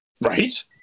Right